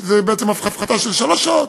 שזה בעצם הפחתה של שלוש שעות.